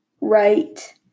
right